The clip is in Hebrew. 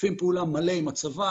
משתפים פעולה מלא עם הצבא,